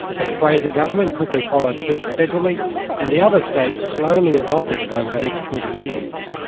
the fraser government quickly followed suit federally and the other states slowly adopted it over the next twenty years.